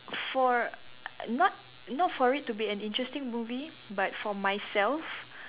for not not for it to be an interesting movie but for myself